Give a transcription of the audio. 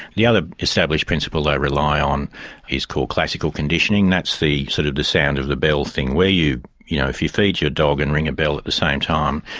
the other established principle they rely on is called classical conditioning. that's the sort of the sound of the bell thing. where you, you know, if you feed your dog and ring a bell at the same time,